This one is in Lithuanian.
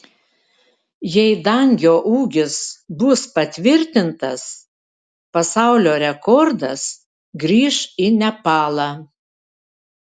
jei dangio ūgis bus patvirtintas pasaulio rekordas grįš į nepalą